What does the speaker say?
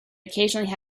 occasionally